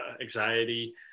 anxiety